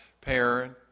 parent